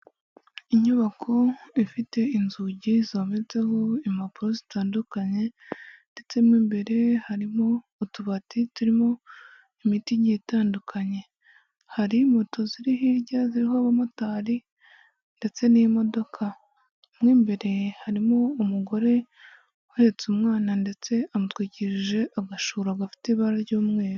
Inyubako ifite inzugi zometseho impapuro zitandukanye, ndetse mo imbere harimo utubati turimo imitiye igiye itandukanye. Hari moto ziri hirya ziririmo abamotari, ndetse n'imodoka. Mo imbere harimo umugore uhetse umwana ndetse amutwikije agashura gafite ibara ry'umweru.